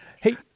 hey